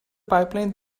pipeline